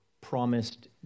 promised